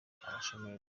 abashomeri